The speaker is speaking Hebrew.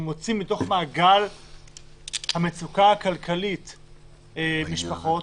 מוציא מתוך מעגל המצוקה הכלכלית משפחות,